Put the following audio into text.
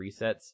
resets